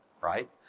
right